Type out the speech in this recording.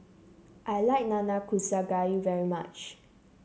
I like Nanakusa Gayu very much